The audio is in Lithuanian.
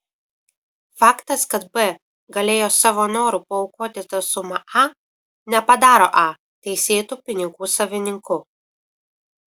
faktas kad b galėjo savo noru paaukoti tą sumą a nepadaro a teisėtu pinigų savininku